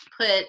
put